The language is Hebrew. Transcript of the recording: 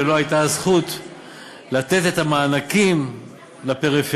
ולו הייתה הזכות לתת את המענקים לפריפריה,